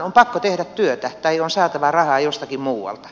on pakko tehdä työtä tai on saatava rahaa jostakin muualta